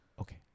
okay